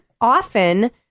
often